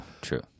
true